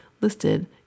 listed